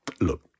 look